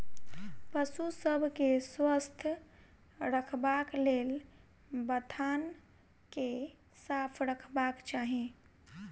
पशु सभ के स्वस्थ रखबाक लेल बथान के साफ रखबाक चाही